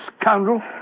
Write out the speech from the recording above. scoundrel